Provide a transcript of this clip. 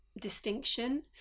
distinction